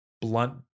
blunt